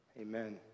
Amen